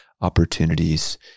opportunities